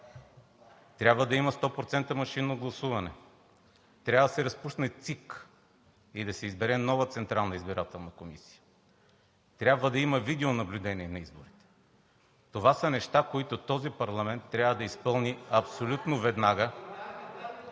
трябва да има 100% машинно гласуване; трябва да се разпусне ЦИК и да се избере нова Централна избирателна комисия; трябва да има видеонаблюдение на изборите. Това са неща, които този парламент трябва да изпълни абсолютно веднага.